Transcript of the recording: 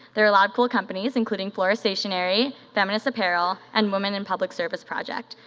there are a lot of cool companies including flora stationary, feminist apparel and women in public service project.